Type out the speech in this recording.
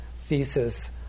thesis